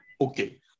Okay